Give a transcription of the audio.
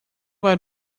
vai